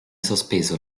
sospeso